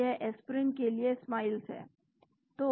तो यह एस्पिरिन के लिए स्माइलस है